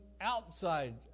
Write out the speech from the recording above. outside